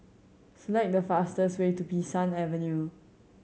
select the fastest way to Bee San Avenue